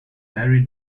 harry